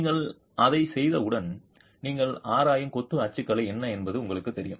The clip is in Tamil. நீங்கள் அதைச் செய்தவுடன் நீங்கள் ஆராயும் கொத்து அச்சுக்கலை என்ன என்பது உங்களுக்குத் தெரியும்